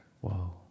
Whoa